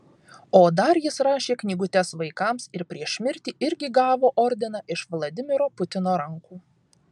o dar jis rašė knygutes vaikams ir prieš mirtį irgi gavo ordiną iš vladimiro putino rankų